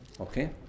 Okay